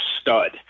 stud